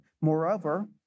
moreover